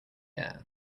air